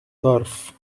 turf